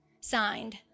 signed